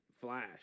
flash